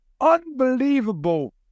unbelievable